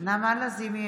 נעמה לזימי,